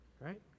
Right